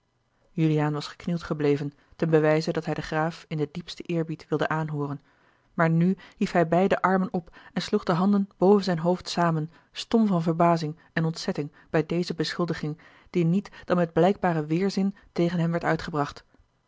juliaan was geknield gebleven ten bewijze dat hij den graaf in den diepsten eerbied wilde aanhooren maar nu hief hij beide armen op en sloeg de handen boven zijn hoofd samen stom van verbazing en ontzetting bij deze beschuldiging die niet dan met blijkbaren weêrzin tegen hem werd uitgebracht